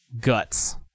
guts